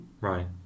Right